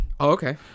Okay